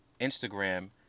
Instagram